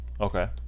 Okay